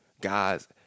Guys